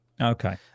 Okay